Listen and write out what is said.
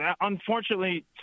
unfortunately